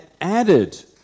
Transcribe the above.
added